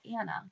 Anna